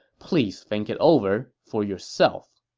please think it over for yourself.